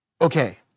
Okay